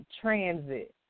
transit